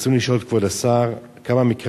ברצוני לשאול את כבוד השר: 1. כמה מקרי